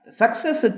success